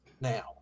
now